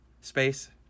space